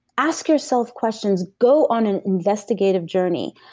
ask yourself questions. go on an investigative journey